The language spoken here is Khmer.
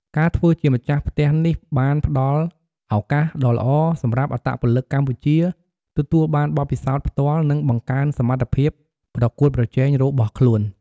ការធ្វើជាម្ចាស់ផ្ទះនេះបានផ្ដល់ឱកាសដ៏ល្អសម្រាប់អត្តពលិកកម្ពុជាទទួលបានបទពិសោធន៍ផ្ទាល់ និងបង្កើនសមត្ថភាពប្រកួតប្រជែងរបស់ខ្លួន។